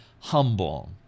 humble